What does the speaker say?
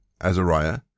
Azariah